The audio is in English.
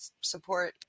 Support